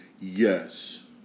Yes